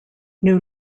new